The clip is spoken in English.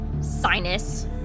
Sinus